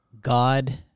God